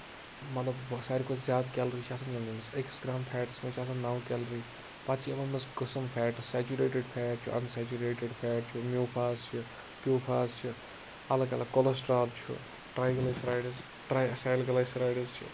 مطلب ساروی کھۄتہٕ زیادٕ کیلریٖز چھےٚ آسان یِمنٕے منٛز أکِس گرام فیٹس منٛز چھِ آسان نَو کیلری پَتہٕ چھِ یِمن منٛز قٔسٕم فیٹٔس سیچوٗریٹڈ فیٹ چھُ اَن سیچوریٹڈ فیٹ چھُ میوٗفاز چھِ پیوٗ فاز چھِ اَلگ اَلگ کولسٹرول چھ ٹرائگلاسرایڈز سیلگلایسرایڈز چھِ